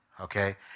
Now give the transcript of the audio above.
Okay